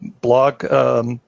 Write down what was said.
blog